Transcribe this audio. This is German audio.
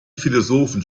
philosophen